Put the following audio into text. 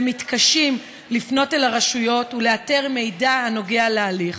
והם מתקשים לפנות אל הרשויות ולאתר מידע הנוגע להליך.